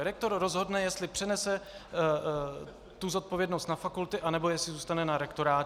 Rektor rozhodne, jestli přenese zodpovědnost na fakulty, anebo jestli zůstane na rektorátě.